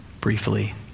briefly